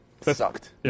Sucked